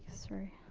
sorry.